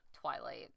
Twilight